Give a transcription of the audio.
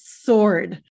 sword